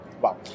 Wow